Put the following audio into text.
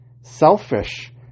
selfish